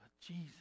Jesus